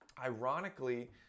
Ironically